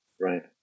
Right